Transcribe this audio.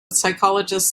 psychologist